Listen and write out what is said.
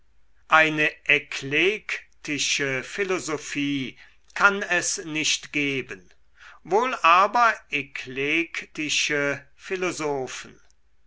eine eklektische philosophie kann es nicht geben wohl aber eklektische philosophen